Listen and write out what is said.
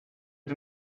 mit